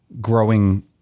growing